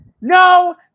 No